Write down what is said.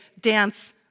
dance